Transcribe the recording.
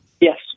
yes